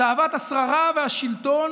תאוות השררה והשלטון